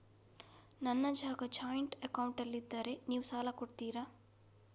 ನನ್ನ ಜಾಗ ಜಾಯಿಂಟ್ ಅಕೌಂಟ್ನಲ್ಲಿದ್ದರೆ ನೀವು ಸಾಲ ಕೊಡ್ತೀರಾ?